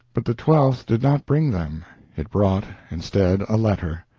but the twelfth did not bring them it brought, instead, a letter.